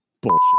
bullshit